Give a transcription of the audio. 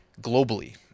globally